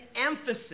emphasis